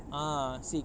ah sick